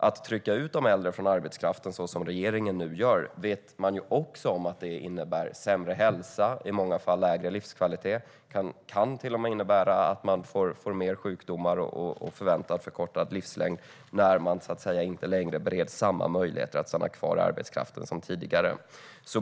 Att trycka ut de äldre från arbetskraften, så som regeringen gör, vet vi innebär sämre hälsa och i många fall lägre livskvalitet. Det kan till och med innebära fler sjukdomar och förkortad livslängd när man inte längre bereds samma möjlighet att stanna kvar i arbetskraften som tidigare.